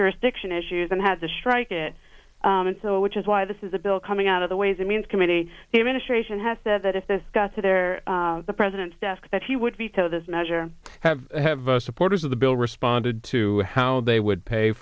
jurisdiction issues and had to strike it and so which is why this is a bill coming out of the ways and means committee the administration has said that if this got to their the president's desk that he would veto this measure have the supporters of the bill responded to how they would pay